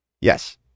Yes